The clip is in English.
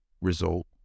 result